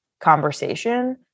conversation